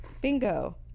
Bingo